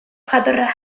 jatorra